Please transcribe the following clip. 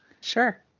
sure